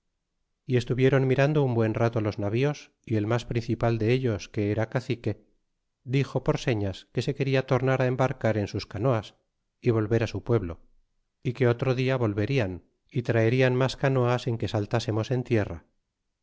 y estuviéron mirando un buen rato los navíos y el mas principal dellos que era cacique dixo por serías que se queda tornar embarcar en sus canoas y volver su pueblo y que otro dia volverían y traerían mas eanoas en que saltasemos en tierra